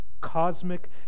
cosmic